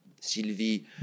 Sylvie